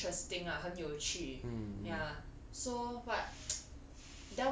!wah! 很 interesting ah 很有趣 yeah so what